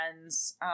friends